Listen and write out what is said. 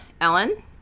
ellen